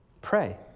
Pray